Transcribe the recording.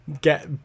get